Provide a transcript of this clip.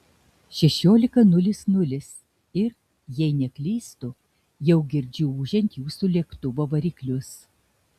šešiolika nulis nulis ir jei neklystu jau girdžiu ūžiant jūsų lėktuvo variklius